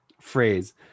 phrase